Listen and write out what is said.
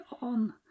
on